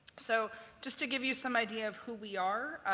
so just to give you some idea of who we are,